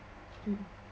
mm